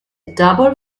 double